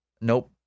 Nope